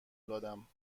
دادم